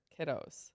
kiddos